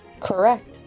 correct